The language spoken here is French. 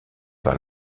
par